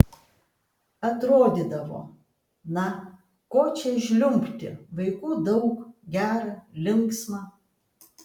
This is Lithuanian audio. atrodydavo na ko čia žliumbti vaikų daug gera linksma